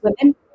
women